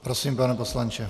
Prosím, pane poslanče.